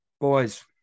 boys